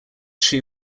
shoe